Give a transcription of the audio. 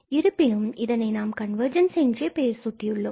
இருப்பினும் இதனை நாம் கன்வர்ஜென்ஸ் என்றே பெயர் சூட்டி உள்ளோம்